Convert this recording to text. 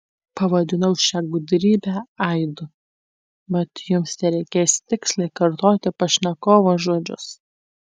pavadinau šią gudrybę aidu mat jums tereikės tiksliai kartoti pašnekovo žodžius